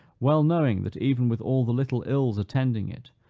well knowing that even with all the little ills attending it,